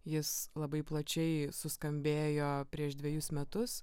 jis labai plačiai suskambėjo prieš dvejus metus